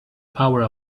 power